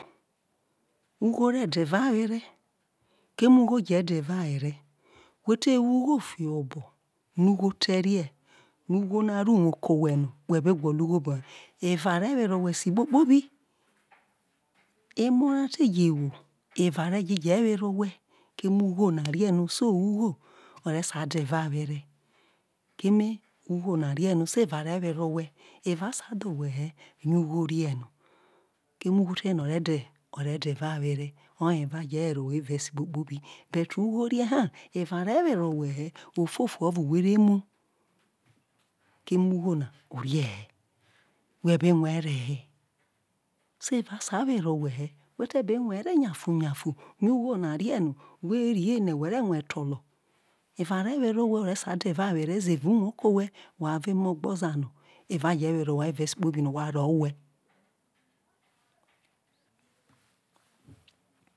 ugho re de evawere keme ugho je̱ de̱ evawere we te wo ugho fiho obo̱ ugho te rie ugho na ro uwo ko owhe na we̱ be gwọlo̱ ugho be̱ he̱ eva re were owhe esi kpokpobi eno ra te je wo era ere je were uwhe̱ keme ugho na erie no so ugho ore sai de̱ erawere keme ugho na rie no so era rewere owhe era sai dho owhe he̱ nọ ugho orie no keme ugho thloye na re de erawere oye era je̱ wene owhe eno esi kpokpo bi but ugho rie̱ ha era rewere owhe ofu ofu oro whe re mu keme ugho na orie he̱ whe̱ be rue rehe so era sai were owhe he̱ whe̱ te̱ were owhe he̱ whe te be nwe̱ re yanfu yanfu ugho na rie no whe̱ ri ene we̱ re̱ nwe tolo era re were owhe whe̱ whe̱ sai de̱ erawere ze uwo ke̱ owhe̱ wha ro̱ emo̱ gbe oza na era je̱ were o whai no wa ro we̱.